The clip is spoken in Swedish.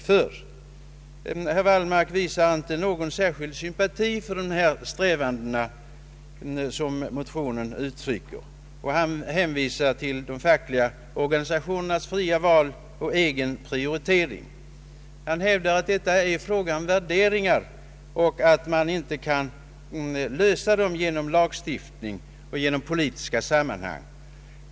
Herr Wallmark visar inte någon särskild sympati för de strävanden motionen uttrycker, och han hänvisar till de fackliga organisationernas fria val och rätt att själva prioritera, Han hävdar att det är en fråga om värderingar och att man inte kan lösa dem genom lagstiftning och i politiska sammanhang.